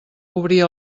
obrir